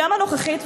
גם הנוכחית,